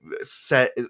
set